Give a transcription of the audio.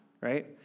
right